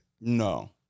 No